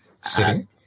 sitting